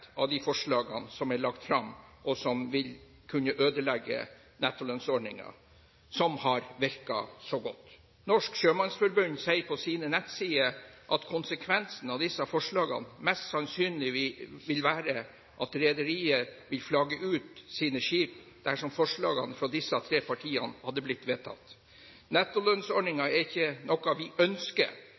av de forslagene som er lagt fram, og som vil kunne ødelegge nettolønnsordningen, som har virket så godt. Norsk Sjømannsforbund sier på sine nettsider at konsekvensen av disse forslagene mest sannsynlig vil være at rederiet vil flagge ut sine skip dersom forslagene fra disse tre partiene hadde blitt vedtatt. Nettolønnsordningen er ikke noe vi ønsker,